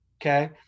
okay